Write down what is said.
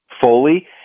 fully